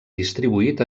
distribuït